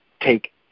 Take